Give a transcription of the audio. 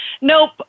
nope